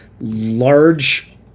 large